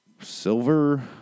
silver